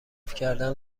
کردن